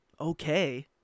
okay